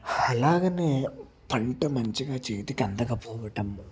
అలాగనే పంట మంచిగా చేతికి అందకపోవటం